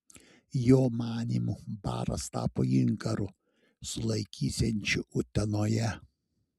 jo manymu baras tapo inkaru sulaikysiančiu utenoje